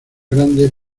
grande